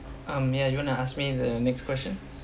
um ya you want to ask me the next question